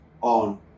on